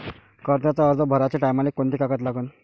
कर्जाचा अर्ज भराचे टायमाले कोंते कागद लागन?